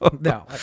no